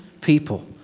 people